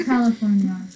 California